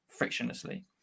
frictionlessly